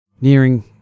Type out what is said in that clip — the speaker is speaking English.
Nearing